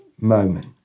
moment